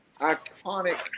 iconic